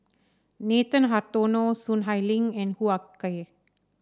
Nathan Hartono Soon Ai Ling and Hoo Ah Kay